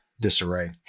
disarray